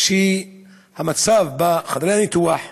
שהמצב בחדרי הניתוח יתוקן,